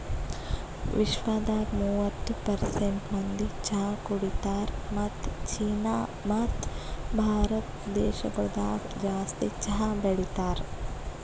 ವಿಶ್ವದಾಗ್ ಮೂವತ್ತು ಪರ್ಸೆಂಟ್ ಮಂದಿ ಚಹಾ ಕುಡಿತಾರ್ ಮತ್ತ ಚೀನಾ ಮತ್ತ ಭಾರತ ದೇಶಗೊಳ್ದಾಗ್ ಜಾಸ್ತಿ ಚಹಾ ಬೆಳಿತಾರ್